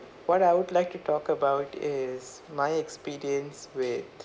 what I would like to talk about is my experience with